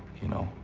you know,